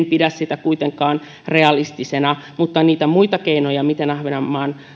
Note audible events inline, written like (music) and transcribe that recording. (unintelligible) pidä kuitenkaan realistisena mutta niitä muita keinoja miten ahvenanmaan